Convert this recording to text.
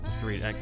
three